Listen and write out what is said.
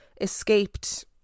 escaped